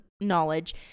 knowledge